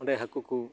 ᱚᱸᱰᱮ ᱦᱟᱹᱠᱩ ᱠᱩ